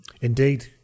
Indeed